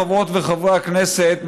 חברות וחברי הכנסת,